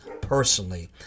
personally